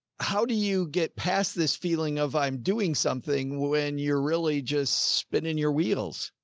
how do you get past this feeling of i'm doing something when you're really just spinning your wheels.